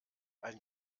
ein